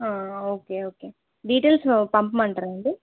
okay okay details పంపమంటారాండి